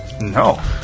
No